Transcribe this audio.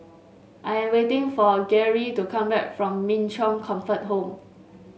I am waiting for Geary to come back from Min Chong Comfort Home